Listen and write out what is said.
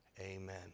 Amen